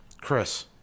Chris